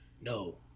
No